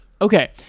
Okay